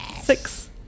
Six